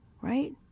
Right